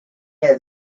yet